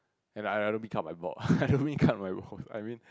and I I don't mean cut my ball I don't mean cut my ball I mean